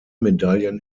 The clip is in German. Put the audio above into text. medaillen